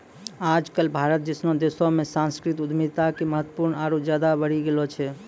आज कल भारत जैसनो देशो मे सांस्कृतिक उद्यमिता के महत्त्व आरु ज्यादे बढ़ि गेलो छै